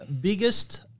biggest